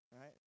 right